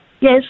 yes